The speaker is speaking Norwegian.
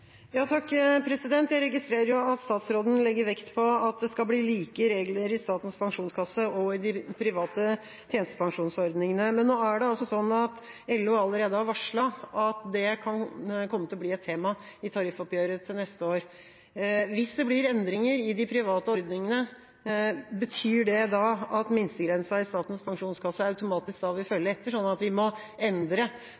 Jeg registrerer at statsråden legger vekt på at det skal bli like regler i Statens pensjonskasse og i de private tjenestepensjonsordningene. Men nå er det sånn at LO allerede har varslet at det kan komme til å bli et tema i tariffoppgjøret til neste år. Hvis det blir endringer i de private ordningene, betyr det da at minstegrensa i Statens pensjonskasse automatisk vil følge etter, sånn at vi må endre